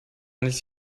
nicht